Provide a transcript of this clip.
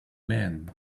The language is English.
man